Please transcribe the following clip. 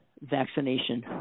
vaccination